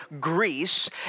Greece